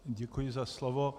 Děkuji za slovo.